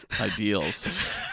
ideals